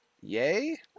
yay